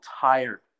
tired